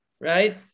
right